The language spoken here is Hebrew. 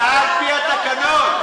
הצעה על-פי התקנון.